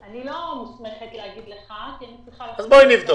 אני לא מוסמכת להגיד לך כי אני צריכה --- אז בואי נבדוק.